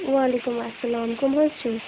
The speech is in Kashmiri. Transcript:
وعلیکُم اسلام کَم حظ چھُو